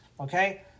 okay